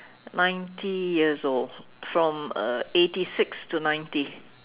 ninety years old from uh eighty six to ninety